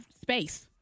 space